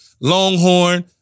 Longhorn